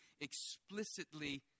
explicitly